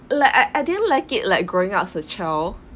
like I I didn't like it like growing up as a child